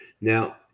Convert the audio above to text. Now